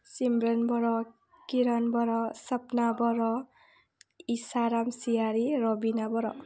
सिमरोन बर' किरन बर' सपना बर' इसा रामसियारि रबिना बर'